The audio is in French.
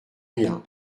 rien